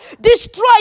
destroy